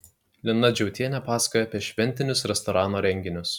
lina džiautienė pasakoja apie šventinius restorano renginius